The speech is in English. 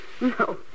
no